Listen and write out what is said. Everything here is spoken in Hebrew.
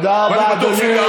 תודה רבה, אדוני.